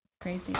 Crazy